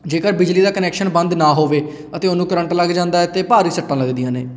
ਜੇਕਰ ਬਿਜਲੀ ਦਾ ਕਨੈਕਸ਼ਨ ਬੰਦ ਨਾ ਹੋਵੇ ਅਤੇ ਉਹਨੂੰ ਕਰੰਟ ਲੱਗ ਜਾਂਦਾ ਹੈ ਅਤੇ ਭਾਰੀ ਸੱਟਾਂ ਲੱਗਦੀਆਂ ਨੇ